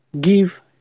give